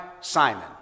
simon